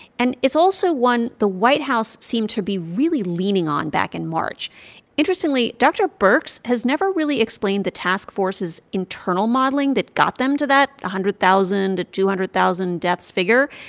and it's also one the white house seemed to be really leaning on back in march interestingly, dr. birx has never really explained the task force's internal modeling that got them to that one hundred thousand to two hundred thousand deaths figure.